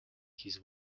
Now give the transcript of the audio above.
his